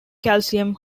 calcium